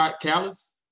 callous